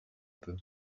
peu